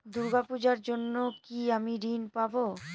দূর্গা পূজার জন্য কি আমি ঋণ পাবো?